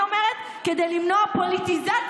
היא אומרת: כדי למנוע פוליטיזציה.